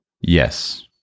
Yes